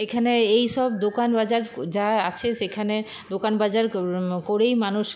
এখানে এই সব দোকান বাজার যা আছে সেখানে দোকান বাজার কর করেই মানুষ